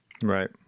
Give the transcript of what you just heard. Right